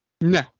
no